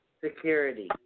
Security